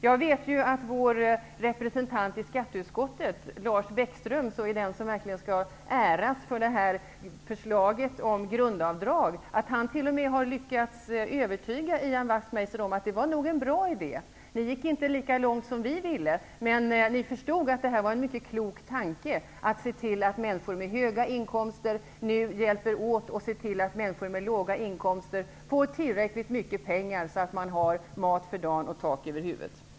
Jag vet ju att vår representant i skatteutskottet, Lars Bäckström, som verkligen är den som skall äras för förslaget om grundavdrag, t.o.m. har lyckats övertyga Ian Wachtmeister om att det var en bra idé. Nu gick ni inte lika långt som vi ville, men ni förstod att det var en mycket klok tanke att se till att människor med höga inkomster nu hjälper till så att människor med låga inkomster får tillräckligt mycket pengar för att ha mat för dagen och tak över huvudet.